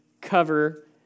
cover